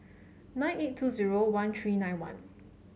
nine eight two zero one three nine one